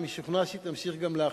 אני משוכנע שהיא תימשך גם עכשיו.